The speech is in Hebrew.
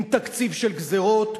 עם תקציב של גזירות.